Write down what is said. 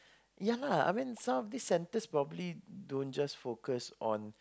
ya lah I mean some of this center probably don't just focus on